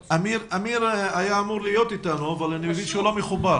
היה אמור להיות אתנו אמיר אבל אני מבין שהוא לא מחובר.